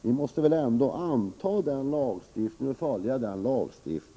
Vi måste väl ändå följa den lagstiftning som riksdagen har antagit.